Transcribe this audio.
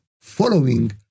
following